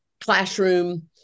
classroom